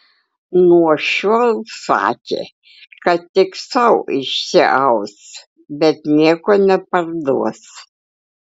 nuo šiol sakė kad tik sau išsiaus bet nieko neparduos